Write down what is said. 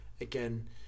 again